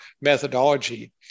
methodology